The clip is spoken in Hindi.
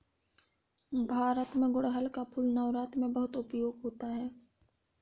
भारत में गुड़हल का फूल नवरात्र में बहुत उपयोग होता है